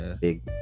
big